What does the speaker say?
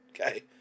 Okay